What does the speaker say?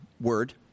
word